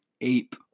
Ape